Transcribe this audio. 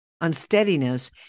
unsteadiness